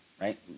Right